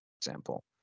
example